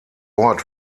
ort